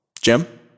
Jim